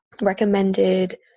recommended